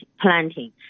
planting